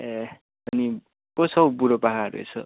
ए अनि को छ हौ बुढोपाकाहरू यसो